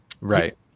right